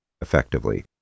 effectively